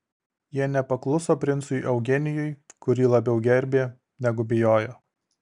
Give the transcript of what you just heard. jie nepakluso princui eugenijui kurį labiau gerbė negu bijojo